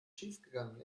schiefgegangen